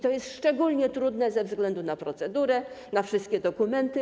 To jest szczególnie trudne ze względu na procedurę, na wszystkie dokumenty.